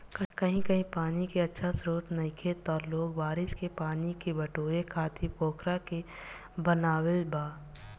कही कही पानी के अच्छा स्त्रोत नइखे त लोग बारिश के पानी के बटोरे खातिर पोखरा के बनवले बा